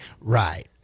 Right